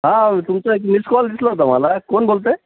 हा तुमचं एक मिस्कॉल दिसला होतं मला कोण बोलतंय